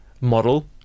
model